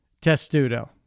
testudo